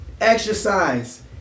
Exercise